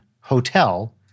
Hotel